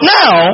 now